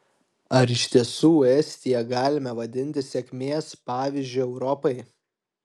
ar iš tiesų estiją galime vadinti sėkmės pavyzdžiu europai